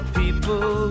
people